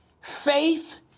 faith